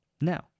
Now